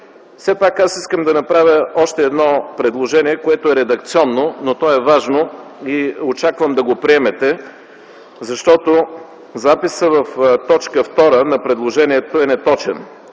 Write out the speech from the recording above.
Все пак искам да направя още едно предложение, което е редакционно, но то е важно и очаквам да го приемете, защото записът в т. 2 на предложението е неточен.